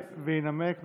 שיעלה וינמק.